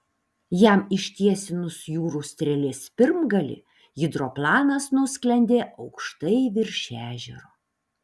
jam ištiesinus jūrų strėlės pirmgalį hidroplanas nusklendė aukštai virš ežero